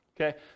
Okay